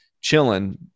chilling